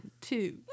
two